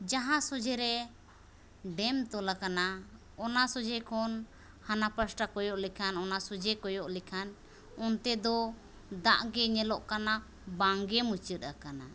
ᱡᱟᱦᱟᱸ ᱥᱳᱡᱷᱮᱨᱮ ᱰᱮᱢ ᱛᱚᱞᱟᱠᱟᱱᱟ ᱚᱱᱟ ᱥᱳᱡᱷᱮᱠᱷᱚᱱ ᱦᱟᱱᱟ ᱯᱟᱥᱴᱟ ᱠᱚᱭᱚᱜ ᱞᱮᱠᱷᱟᱱ ᱚᱱᱟ ᱥᱳᱡᱷᱮ ᱠᱚᱭᱚᱜ ᱞᱮᱠᱷᱟᱱ ᱚᱱᱛᱮᱫᱚ ᱫᱟᱜ ᱜᱮ ᱧᱮᱞᱚᱜ ᱠᱟᱱᱟ ᱵᱟᱝᱜᱮ ᱢᱩᱪᱟᱹᱫ ᱟᱠᱟᱱᱟ